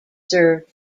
served